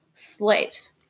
slaves